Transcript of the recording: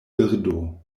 birdo